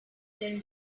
din